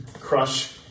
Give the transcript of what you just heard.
crush